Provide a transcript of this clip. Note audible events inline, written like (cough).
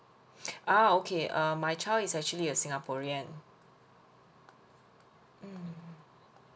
(breath) ah okay um my child is actually a singaporean mm